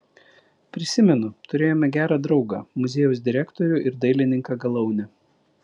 prisimenu turėjome gerą draugą muziejaus direktorių ir dailininką galaunę